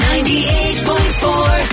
98.4